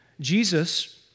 Jesus